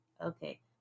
okay